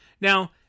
Now